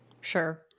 Sure